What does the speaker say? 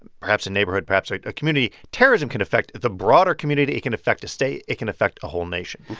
and perhaps a neighborhood, perhaps a a community. terrorism can affect the broader community. it can affect a state. it can affect a whole nation.